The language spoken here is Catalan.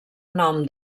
nom